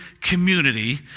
community